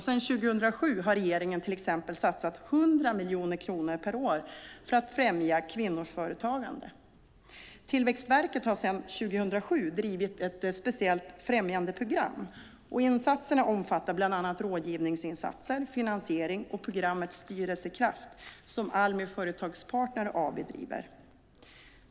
Sedan 2007 har regeringen till exempel satsat 100 miljoner kronor per år för att främja kvinnors företagande. Tillväxtverket har sedan 2007 drivit ett speciellt främjandeprogram. Insatserna omfattar bland annat rådgivningsinsatser, finansiering och programmet Styrelsekraft, som Almi Företagspartner AB driver.